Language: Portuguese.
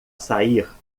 sair